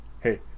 Hey